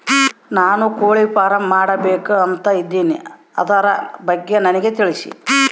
ನಾನು ಕೋಳಿ ಫಾರಂ ಮಾಡಬೇಕು ಅಂತ ಇದಿನಿ ಅದರ ಬಗ್ಗೆ ನನಗೆ ತಿಳಿಸಿ?